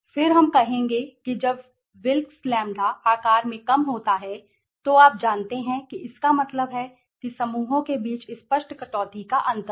फिर हम कहेंगे कि जब विल्क्स लैंबडाWilks Lambda आकार में कम होता है तो आप जानते हैं कि इसका मतलब है कि समूहों के बीच स्पष्ट कटौती का अंतर है